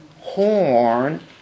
horn